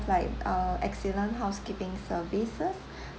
like uh excellent housekeeping services